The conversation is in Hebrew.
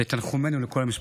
ותנחומינו לכל המשפחות.